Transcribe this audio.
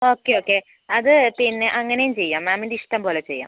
okay okay അത് പിന്നെ അങ്ങനെയും ചെയ്യാം മാമിൻ്റെ ഇഷ്ടം പോലെ ചെയ്യാം